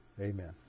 Amen